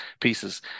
pieces